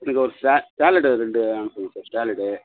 எனக்கு ஒரு சேலட்டு ரெண்டு அனுப்புங்க சார் சேலட்டு